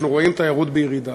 אנחנו רואים תיירות בירידה.